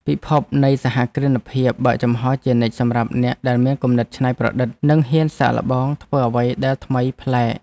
ពិភពនៃសហគ្រិនភាពបើកចំហរជានិច្ចសម្រាប់អ្នកដែលមានគំនិតច្នៃប្រឌិត និងហ៊ានសាកល្បងធ្វើអ្វីដែលថ្មីប្លែក។